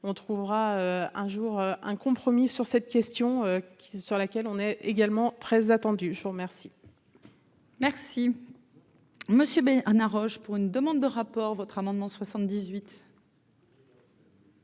qu'on trouvera un jour un compromis sur cette question qui, sur laquelle on est également très attendu, je vous remercie. Merci monsieur Roche pour une demande de rapport votre amendement 78.